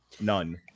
none